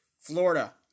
Florida